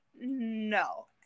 no